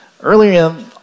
earlier